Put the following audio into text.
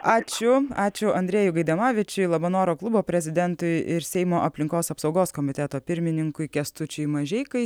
ačiū ačiū andrėjui gaidamavičiui labanoro klubo prezidentui ir seimo aplinkos apsaugos komiteto pirmininkui kęstučiui mažeikai